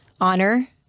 honor